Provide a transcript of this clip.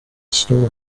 story